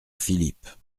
philippe